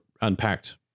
unpacked